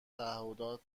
تعهدات